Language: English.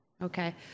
Okay